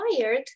tired